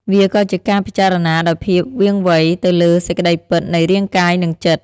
វាក៏ជាការពិចារណាដោយភាពវាងវៃទៅលើសេចក្តីពិតនៃរាងកាយនិងចិត្ត។